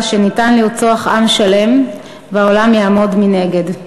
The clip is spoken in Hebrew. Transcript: שניתן לרצוח עם שלם והעולם יעמוד מנגד.